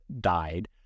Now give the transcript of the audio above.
died